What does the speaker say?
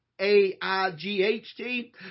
A-I-G-H-T